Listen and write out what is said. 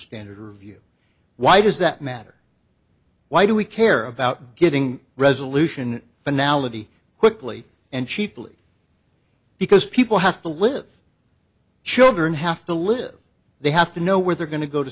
standard review why does that matter why do we care about getting resolution finality quickly and cheaply because people have to live children have to live they have to know where they're going to go to